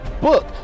book